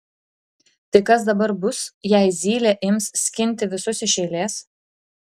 tai kas dabar bus jei zylė ims skinti visus iš eilės